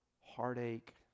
heartache